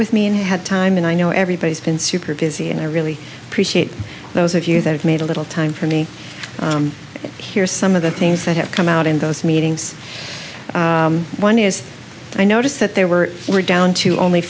with me and had time and i know everybody's been super busy and i really appreciate those of you that have made a little time for me here some of the things that have come out in those meetings one is i noticed that there were we're down to only